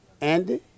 Andy